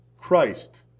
Christ